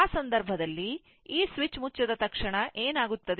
ಆ ಸಂದರ್ಭದಲ್ಲಿ ಈ ಸ್ವಿಚ್ ಮುಚ್ಚಿದ ತಕ್ಷಣ ಏನಾಗುತ್ತದೆ